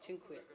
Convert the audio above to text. Dziękuję.